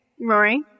Rory